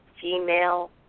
female